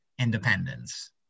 independence